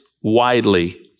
widely